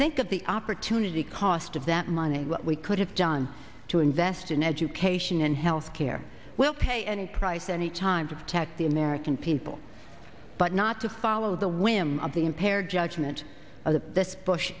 think of the opportunity cost of that money what we could have done to invest in education and health care will pay any price any time to catch the american people but not to follow the whim of the impaired judgment of the bush